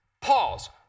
Pause